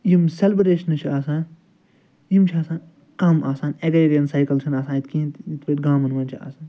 یِم سیٚلبٕریشنہٕ چھِ آسان یِم چھِ آسان کَم آسان سایکَل چھِنہٕ آسان اَتہِ کِہیٖنۍ تہٕ یِتھ پٲٹھۍ گامَن منٛز چھِ آسان